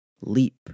leap